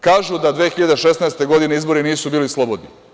Kažu da 2016. godine izbori nisu bili slobodni.